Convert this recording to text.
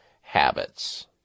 habits